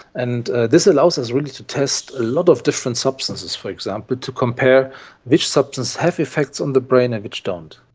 and this allows us really to test a lot of different substances. for example, to compare which substances have effects on the brain and which don't.